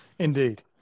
Indeed